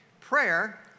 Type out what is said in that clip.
prayer